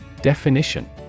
Definition